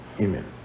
Amen